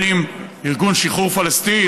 ארגון שחרור פלסטין,